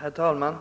Herr talman!